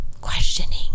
questioning